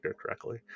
correctly